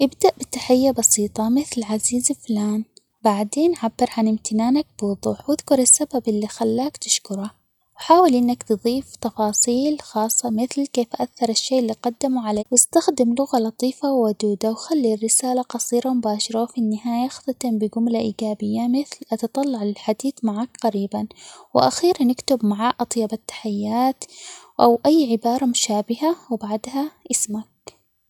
ابدأ بتحية بسيطة مثل عزيزي فلان، بعدين عبر عن امتنانك بوضوح، وأذكر السبب اللي خلاك تشكره ،وحاول إنك تظيف تفاصيل خاصة مثل كيف أثر الشيء اللي قدمه عليك ،واستخدم لغة لطيفة ،وودودة ،وخلي الرسالة قصيرة مباشرة ،وفي النهاية اختتم بجملة إيجابية مثل أتطلع للحديث معاك قريبًا ،وأخيرا اكتب مع أطيب التحيات، أو أي عبارة مشابهة وبعدها اسمك.